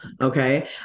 Okay